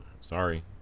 Sorry